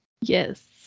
Yes